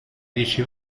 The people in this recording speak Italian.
dieci